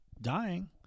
dying